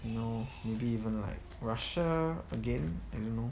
you know maybe even like russia again I don't know